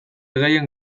gehien